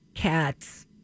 cats